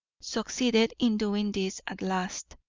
succeeded in doing this at last,